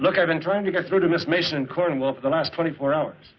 look i've been trying to get sort of this mission cornwall for the last twenty four hours